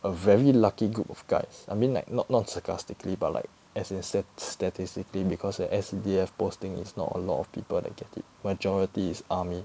a very lucky group of guys I mean like not not sarcastically but like as in sta~ statistically because like S_C_D_F posting is not a lot of people that get it majority is army